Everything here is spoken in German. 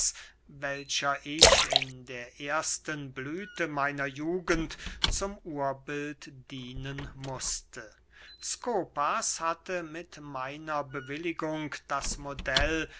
welcher ich in der ersten blüthe meiner jugend zum urbild dienen mußte skopas hatte mit meiner bewilligung das modell